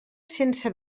sense